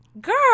girl